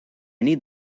need